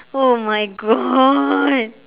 oh my god